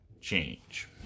change